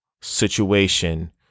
situation